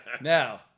Now